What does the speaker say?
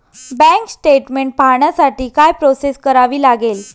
Bank statement पाहण्यासाठी काय process करावी लागेल?